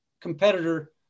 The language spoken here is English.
competitor